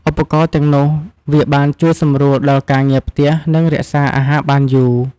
ឧបករណ៍ទាំងនោះវាបានជួយសម្រួលដល់ការងារផ្ទះ និងរក្សាអាហារបានយូរ។